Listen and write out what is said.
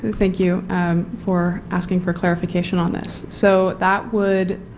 thank you for asking for clarification on this. so that would